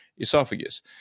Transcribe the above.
esophagus